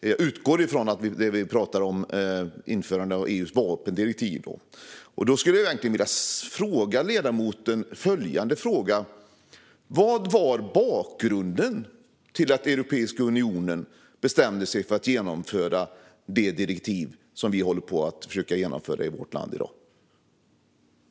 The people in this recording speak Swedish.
det jag utgår från är det vi pratar om, nämligen införandet av EU:s vapendirektiv. Då skulle jag vilja fråga ledamoten: Vad var bakgrunden till att Europeiska unionen bestämde sig för att införa det direktiv som vi håller på att försöka genomföra i vårt land i dag?